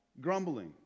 grumbling